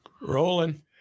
Rolling